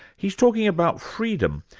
he's talking about freedom,